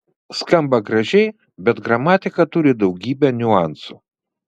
skamba gražiai bet gramatika turi daugybę niuansų